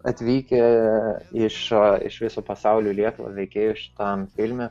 atvykę iš iš viso pasaulio į lietuvą veikėjų šitam filme